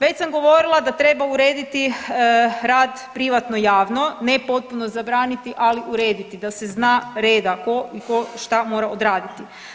Već sam govorila da treba urediti rad privatno – javno, ne potpuno zabraniti, ali urediti da se zna reda tko i tko šta mora odraditi.